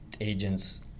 agents